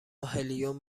هلیوم